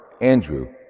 Andrew